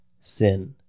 sin